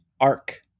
arc